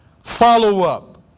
follow-up